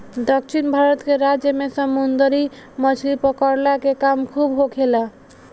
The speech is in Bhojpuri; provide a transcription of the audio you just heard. दक्षिण भारत के राज्य में समुंदरी मछली पकड़ला के काम खूब होखेला